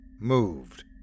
moved